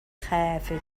خافت